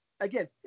again